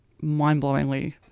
mind-blowingly